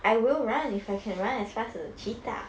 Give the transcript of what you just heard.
I will run if I can run as fast as a cheetah